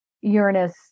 uranus